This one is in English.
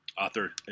author